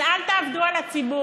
אבל אל תעבדו על הציבור.